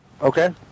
Okay